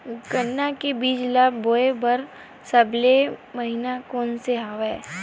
गन्ना के बीज ल बोय बर सबले बने महिना कोन से हवय?